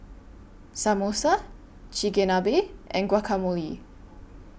Samosa Chigenabe and Guacamole